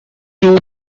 two